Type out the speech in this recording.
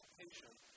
patient